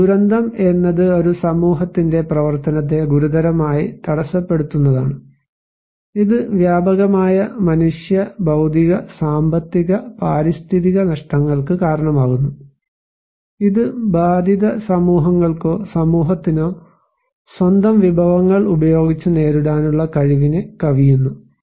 അതിനാൽ ഒരു ദുരന്തം എന്നത് ഒരു സമൂഹത്തിന്റെ പ്രവർത്തനത്തെ ഗുരുതരമായി തടസ്സപ്പെടുത്തുന്നതാണ് ഇത് വ്യാപകമായ മനുഷ്യ ഭൌതിക സാമ്പത്തിക പാരിസ്ഥിതിക നഷ്ടങ്ങൾക്ക് കാരണമാകുന്നു ഇത് ബാധിത സമൂഹങ്ങൾക്കോ സമൂഹത്തിനോ സ്വന്തം വിഭവങ്ങൾ ഉപയോഗിച്ച് നേരിടാനുള്ള കഴിവിനെ കവിയുന്നു